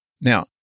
Now